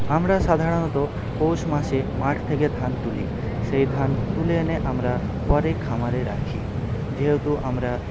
আমরা সাধারণত পৌষ মাসে মাঠ থেকে ধান তুলি সেই ধান তুলে এনে আমরা পরে খামারে রাখি যেহেতু আমরা